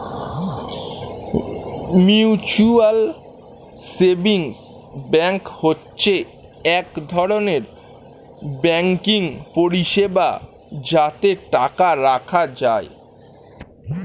mutual savings bank হচ্ছে এক ধরনের ব্যাঙ্কিং পরিষেবা যাতে টাকা রাখা যায়